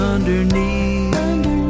Underneath